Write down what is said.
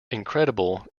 incredible